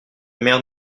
mère